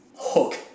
hook